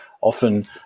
Often